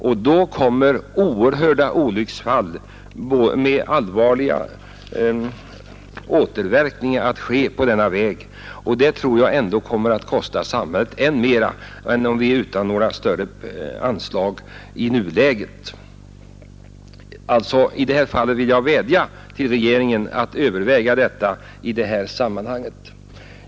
I så fall kommer många olycksfall med allvarliga återverkningar att ske på denna väg. Det tror jag kommer att kosta samhället mer än om vi nu utanordnar större anslag. Jag vill vädja till regeringen att överväga detta.